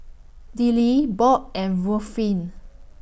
Dillie Bob and Ruffin